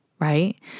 right